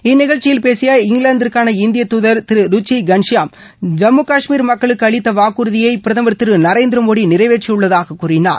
இந்நிகழ்ச்சியில் பேசிய இங்கிலாந்திற்கான இந்திய தூதர் திரு ருச்சி ணஷியாம் ஜம்மு காஷ்மீர் மக்களுக்கு அளித்த வாக்குறுதியை பிரதமர் திரு நரேந்திர மோதி நிறைவேற்றியுள்ளதாக கூறினார்